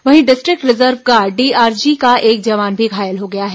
वहीं district reserve guard DRG का एक जवान भी घायल हो गया है